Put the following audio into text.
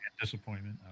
disappointment